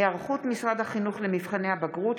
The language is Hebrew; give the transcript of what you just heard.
היערכות משרד החינוך למבחני הבגרות.